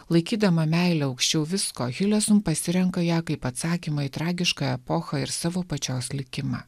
laikydama meilę aukščiau visko hilesum pasirenka ją kaip atsakymą į tragišką epochą ir savo pačios likimą